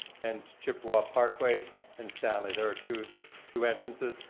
and chippawa parkway and stanley. there are two two entrances.